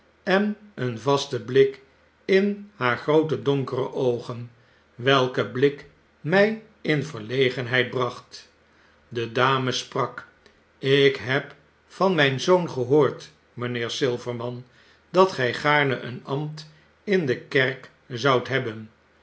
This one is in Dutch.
en een vasten blik in haar groote donkere oogen welke blik mi in verlegenheid bracht de dame sprak ik heb van myn zoon gehoord mijnheer silverman dat gy gaarne een ambt in de kerk zoudt hebben